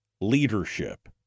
leadership